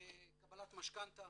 בקבלת משכנתה